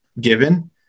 given